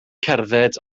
cerdded